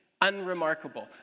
unremarkable